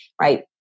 right